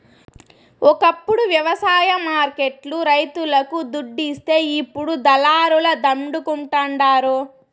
ఒకప్పుడు వ్యవసాయ మార్కెట్ లు రైతులకు దుడ్డిస్తే ఇప్పుడు దళారుల దండుకుంటండారు